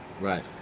Right